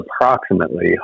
approximately